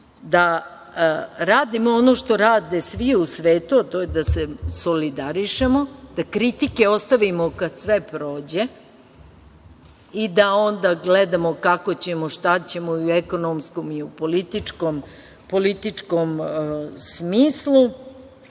da radimo ono što rade svi u svetu, a to je da se solidarišemo, da kritike ostavimo kada sve prođe i da onda gledamo kako ćemo, šta ćemo i u ekonomskom i u političkom smislu,